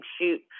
shoot